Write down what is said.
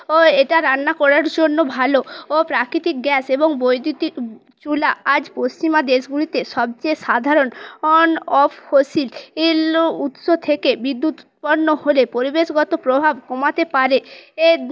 ও এটা রান্না করার জন্য ভালো ও প্রাকৃতিক গ্যাস এবং বৈদ্যুতিক চুলা আজ পশ্চিমা দেশগুলিতে সবচেয়ে সাধারণ অন অফ ফসিল এর উৎস থেকে বিদ্যুৎ উৎপন্ন হলে পরিবেশগত প্রভাব কমাতে পারে এ